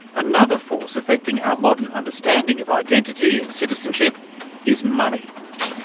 another force affecting our modern understanding of identity and citizenship is money.